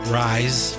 rise